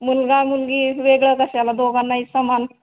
मुलगा मुलगी वेगळं कशाला दोघांनाही समान